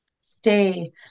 Stay